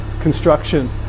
construction